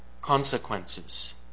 consequences